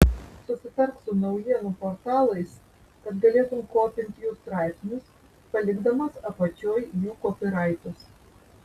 susitark su naujienų portalais kad galėtum kopint jų straipsnius palikdamas apačioj jų kopyraitus